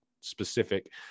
specific